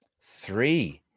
Three